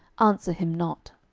answer him not.